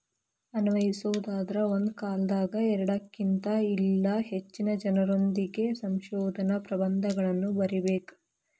ಅನ್ವಯಿಸೊದಾದ್ರ ಒಂದ ಕಾಲದಾಗ ಎರಡಕ್ಕಿನ್ತ ಇಲ್ಲಾ ಹೆಚ್ಚಿನ ಜನರೊಂದಿಗೆ ಸಂಶೋಧನಾ ಪ್ರಬಂಧಗಳನ್ನ ಬರಿಬೇಕ್